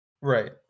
Right